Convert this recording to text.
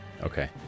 Okay